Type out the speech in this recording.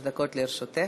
שלוש דקות לרשותך,